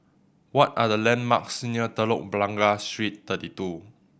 what are the landmarks near Telok Blangah Street Thirty Two